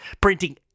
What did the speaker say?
printing